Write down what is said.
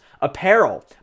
apparel